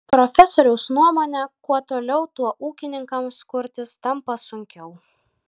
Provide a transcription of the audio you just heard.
profesoriaus nuomone kuo toliau tuo ūkininkams kurtis tampa sunkiau